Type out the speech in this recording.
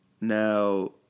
Now